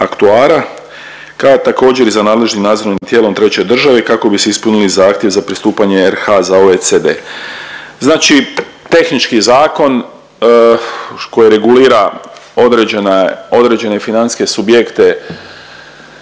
kao i također za nadležnim nadzornim tijelom treće države kako bi se ispunili zahtjev za pristupanje RH za OECD. Znači tehnički zakon koji regulira određene, određene financijske subjekte